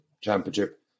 Championship